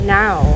now